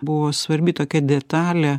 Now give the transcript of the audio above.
buvo svarbi tokia detalė